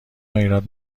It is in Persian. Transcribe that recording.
ایراد